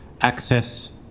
access